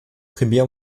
primär